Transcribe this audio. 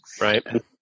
Right